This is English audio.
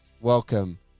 Welcome